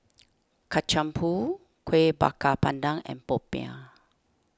Kacang Pool Kueh Bakar Pandan and Popiah